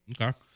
Okay